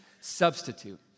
substitute